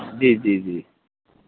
जी जी जी